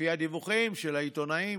לפי הדיווחים של העיתונאים,